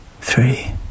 three